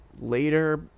later